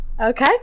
Okay